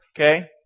okay